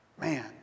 Man